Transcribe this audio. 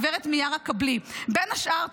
גב2 מיארה קבלי: בין השאר,